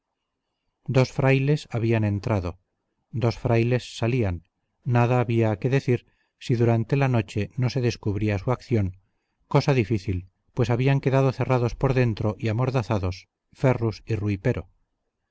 dos frailes habían entrado dos frailes salían nada había que decir si durante la noche no se descubría su acción cosa difícil pues habían quedado cerrados por dentro y amordazados ferrus y rui pero